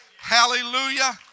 Hallelujah